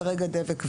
כרגע דבק ורגל,